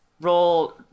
Roll